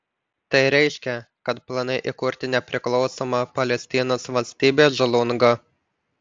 tai reiškia kad planai įkurti nepriklausomą palestinos valstybę žlunga